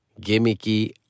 gimmicky